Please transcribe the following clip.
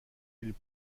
ils